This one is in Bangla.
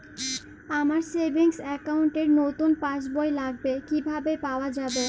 আমার সেভিংস অ্যাকাউন্ট র নতুন পাসবই লাগবে, কিভাবে পাওয়া যাবে?